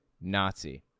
Nazi